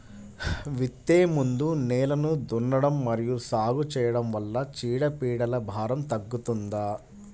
విత్తే ముందు నేలను దున్నడం మరియు సాగు చేయడం వల్ల చీడపీడల భారం తగ్గుతుందా?